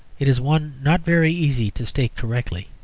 it is one not very easy to state correctly.